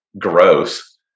gross